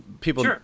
people